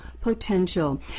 Potential